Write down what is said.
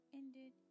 ended